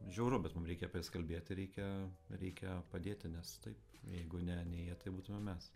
žiauru bet mum reikia apie jas kalbėti reikia reikia padėti nes taip jeigu ne ne jie tai būtume mes